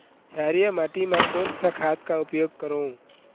क्षारीय माटी मा कोन सा खाद का उपयोग करों?